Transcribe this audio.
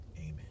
amen